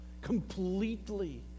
completely